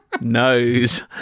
knows